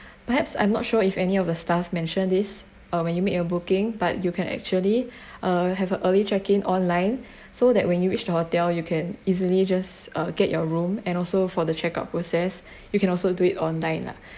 perhaps I'm not sure if any of the staff mentioned this uh when you make your booking but you can actually uh have early check in online so that when you reach the hotel you can easily just uh get your room and also for the check out process you can also do it online lah